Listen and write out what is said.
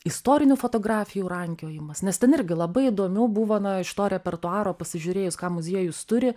istorinių fotografijų rankiojimas nes ten irgi labai įdomių buvo na iš to repertuaro pasižiūrėjus ką muziejus turi